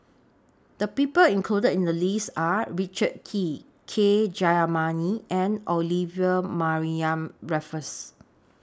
The People included in The list Are Richard Kee K Jayamani and Olivia Mariamne Raffles